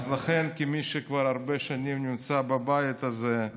אז לכן, כמי שכבר הרבה שנים נמצא בבית הזה,